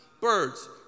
birds